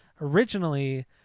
originally